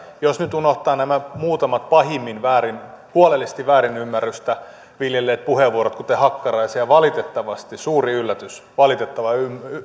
jos nyt unohtaa nämä muutamat pahimmin huolellisimmin väärin ymmärrystä viljelleet puheenvuorot kuten hakkaraisen ja valitettavasti suuri yllätys valitettava